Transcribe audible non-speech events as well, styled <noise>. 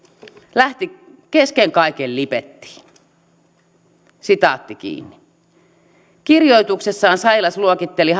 lähti kesken kaiken lipettiin kirjoituksessaan sailas luokitteli <unintelligible>